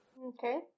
Okay